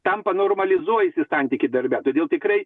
tampa normalizuojasi santykiai darbe todėl tikrai